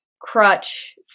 crutch